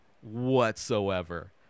whatsoever